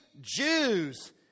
Jews